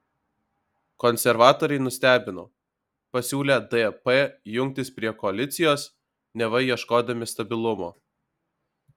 konservatoriai nustebino pasiūlę dp jungtis prie koalicijos neva ieškodami stabilumo